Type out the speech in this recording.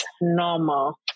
normal